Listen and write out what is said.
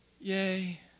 Yay